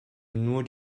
nur